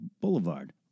Boulevard